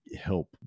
help